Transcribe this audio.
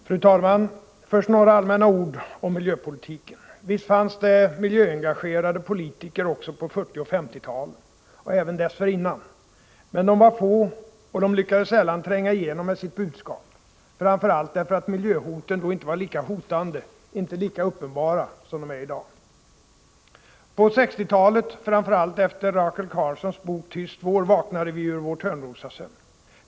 Fru talman! Först några allmänna ord om miljöpolitiken. Visst fanns det miljöengagerade politiker också på 1940 och 1950-talen — och även dessförinnan. Men de var få, och de lyckades sällan tränga igenom med sitt budskap. Anledningen var framför allt att miljöhoten då inte var lika hotande, inte lika uppenbara, som de är i dag. På 1960-talet, framför allt efter Rachel Carsons bok Tyst vår, vaknade vi ur vår törnrosasömn.